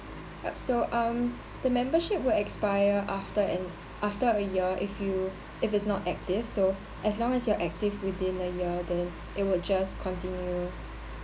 but so um the membership will expire after an after a year if you if it's not active so as long as you're active within a year then it would just continue